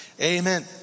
Amen